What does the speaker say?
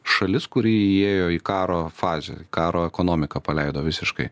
šalis kuri įėjo į karo fazę karo ekonomiką paleido visiškai